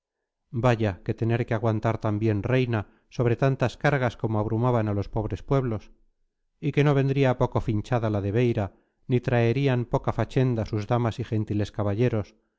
vaya que tener que aguantar también reina sobre tantas cargas como abrumaban a los pobres pueblos y que no vendría poco finchada la de beira ni traerían poca fachenda sus damas y